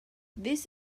this